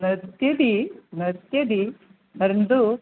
नृत्यति नृत्यति परन्तु